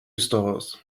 stars